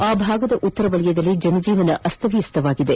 ಆ ಭಾಗದ ಉತ್ತರ ವಲಯದಲ್ಲಿ ಜನಜೀವನ ಅಸ್ತವ್ಸ್ತವಾಗಿದೆ